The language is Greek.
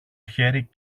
χέρι